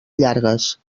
llargues